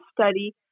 study